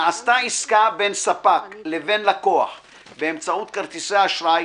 (1)נעשתה עסקה בין ספק לבין לקוח באמצעות כרטיס אשראי,